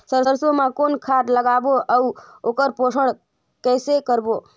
सरसो मा कौन खाद लगाबो अउ ओकर पोषण कइसे करबो?